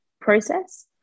process